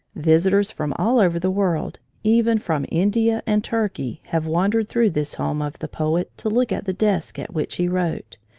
visitors from all over the world, even from india and turkey, have wandered through this home of the poet to look at the desk at which he wrote,